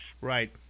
right